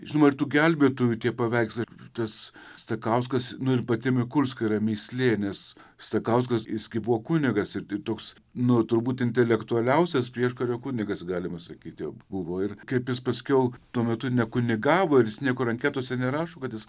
žinoma ir tų gelbėtojų tie paveikslai tas stakauskas nu ir pati mikulska yra mįslė nes stakauskas jis kai buvo kunigas ir toks nu turbūt intelektualiausias prieškario kunigas galima sakyti buvo ir kaip jis paskiau tuo metu nekunigavo ir niekur anketose nerašo kad jis